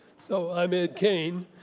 so i'm ed cane.